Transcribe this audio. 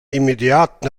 immediat